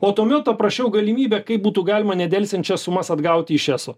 o tuomet paprašiau galimybę kaip būtų galima nedelsiant šias sumas atgauti iš eso